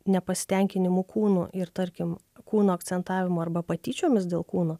nepasitenkinimu kūnu ir tarkim kūno akcentavimu arba patyčiomis dėl kūno